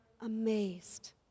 amazed